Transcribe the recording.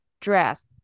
dress